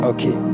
Okay